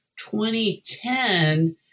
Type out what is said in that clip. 2010